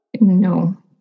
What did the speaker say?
no